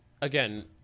again